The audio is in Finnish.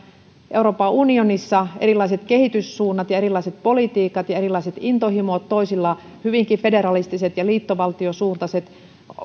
euroopan unionissa erilaiset kehityssuunnat ja erilaiset politiikat ja erilaiset intohimot toisilla hyvinkin federalistiset ja liittovaltiosuuntaiset